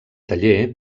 taller